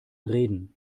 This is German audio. reden